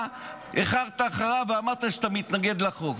ואתה החרית החזקת אחריו ואמרת שאתה מתנגד לחוק.